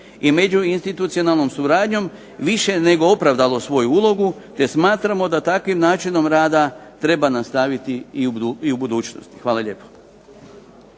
i međuinstitucionalnom suradnjom više nego opravdalo svoju ulogu te smatramo da takvim načinom rada treba nastaviti i u budućnosti. Hvala lijepo.